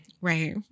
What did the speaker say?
Right